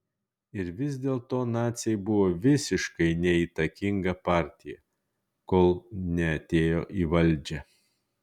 ir vis dėlto naciai buvo visiškai neįtakinga partija kol neatėjo į valdžią